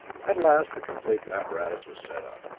at last the complete apparatus was set up,